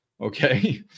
Okay